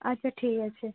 আচ্ছা ঠিক আছে